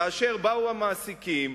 כאשר באו המעסיקים,